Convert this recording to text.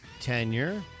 tenure